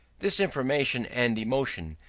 this information and emotion,